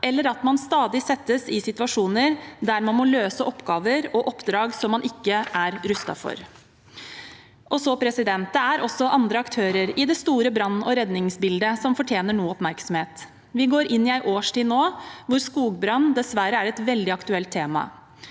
eller at man stadig settes i situasjoner der man må løse oppgaver og oppdrag man ikke er rustet for. Det er også andre aktører i det store brann- og redningsbildet som fortjener noe oppmerksomhet. Vi går nå inn i en årstid da skogbrann dessverre er et veldig aktuelt tema.